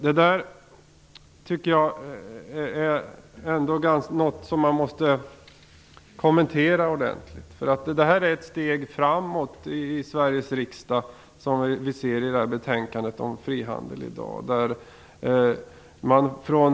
Det är något som man måste kommentera ordentligt, därför att det är ett steg framåt i Sveriges riksdag som i dag tas med betänkandet om frihandel.